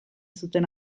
zuten